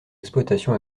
exploitation